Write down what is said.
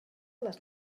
les